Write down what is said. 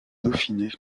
dauphiné